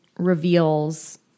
Reveals